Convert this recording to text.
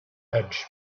edge